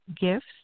gifts